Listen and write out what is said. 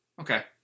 Okay